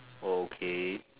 okay